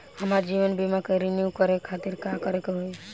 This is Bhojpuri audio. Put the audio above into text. हमार जीवन बीमा के रिन्यू करे खातिर का करे के होई?